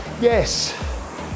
yes